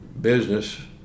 business